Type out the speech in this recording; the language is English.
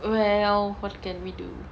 well what can we do